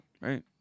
right